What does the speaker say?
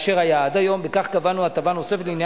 ההנחה היא שאם אדם נותן הלוואה ללא